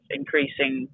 increasing